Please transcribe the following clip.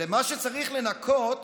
אבל מה שצריך לנקות